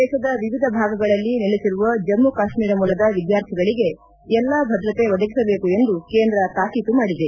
ದೇಶದ ವಿವಿಧ ಭಾಗಗಳಲ್ಲಿ ನೆಲೆಸಿರುವ ಜಮ್ಮ ಕಾಶ್ಲೀರ ಮೂಲದ ವಿದ್ವಾರ್ಥಿಗಳಗೆ ಎಲ್ಲಾ ಭದ್ರತೆ ಒದಗಿಸಬೇಕು ಎಂದು ಕೇಂದ್ರ ತಾಕೀತು ಮಾಡಿದೆ